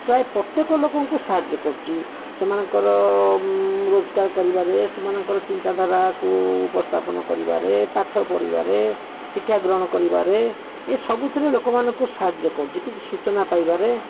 ପ୍ରାୟ ପ୍ରତ୍ୟେକ ଲୋକଙ୍କୁ ସାହାଯ୍ୟ କରୁଛି ସେମାନଙ୍କର ରୋଜଗାର କରିବାରେ ସେମାନଙ୍କର ଚିନ୍ତାଧାରାକୁ ଉପସ୍ଥାପନ କରିବାରେ ପାଠ ପଢ଼ିବାରେ ଶିକ୍ଷା ଗ୍ରହଣ କରିବାରେ ଏସବୁଥିରେ ଲୋକମାନଙ୍କୁ ସାହାଯ୍ୟ କରୁଛି କିଛି ସୂଚନା ପାଇବାରେ